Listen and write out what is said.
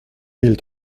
mille